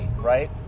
right